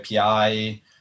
API